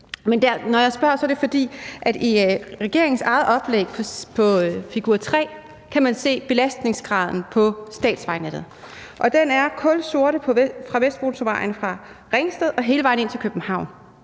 Når jeg spørger, er det, fordi man i regeringens eget oplæg på figur 3 kan se belastningsgraden på statsvejnettet. Den er kulsort fra Vestmotorvejen fra Ringsted og hele vejen ind til København.